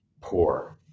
poor